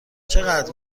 چقدر